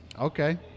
Okay